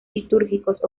litúrgicos